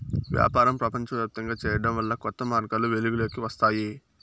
వ్యాపారం ప్రపంచవ్యాప్తంగా చేరడం వల్ల కొత్త మార్గాలు వెలుగులోకి వస్తాయి